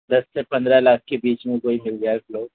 دس سے پندرہ لاکھ کے بیچ میں کوئی مل جائے پلاٹ